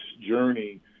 journey